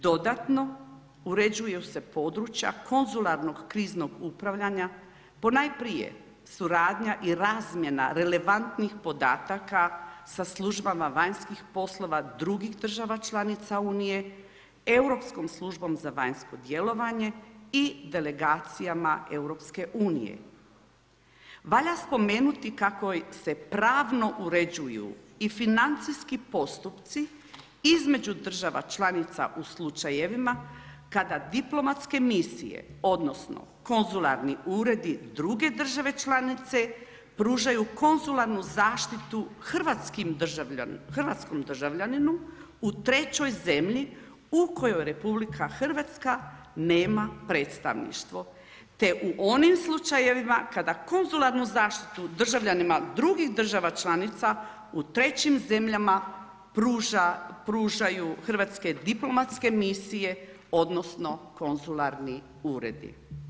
Dodatno, uređuju se područja konzularnog kriznog upravljanja ponajprije suradnja i razmjena relevantnih podataka sa službama vanjskih poslova drugih država članica Unije, Europskom službom za vanjsko djelovanje i delegacijama EU, Valja spomenuti kako se pravno uređuju i financijski postupci između država članica u slučajevima kada diplomatske misije odnosno konzularni uredi druge države članice pružaju konzularnu zaštitu hrvatskom državljaninu u trećoj zemlji u kojoj RH nema predstavništvo te u onim slučajevima kada konzularnu zaštita državljanima drugih država članica u trećim zemljama pružaju hrvatske diplomatske misije odnosno konzularni uredi.